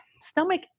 stomach